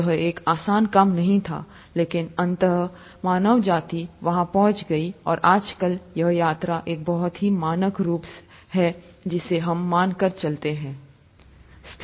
यह एक आसान काम नहीं था लेकिन अंततः मानव जाति वहाँ पहुंच गई और आजकल यह यात्रा का एक बहुत ही मानक रूप है जिसे हम मान कर चलते है